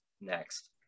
next